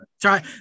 try